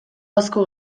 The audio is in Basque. asko